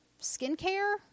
Skincare